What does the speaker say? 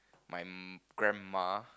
my grandma